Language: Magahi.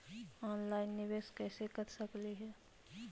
ऑनलाइन निबेस कैसे कर सकली हे?